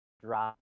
drop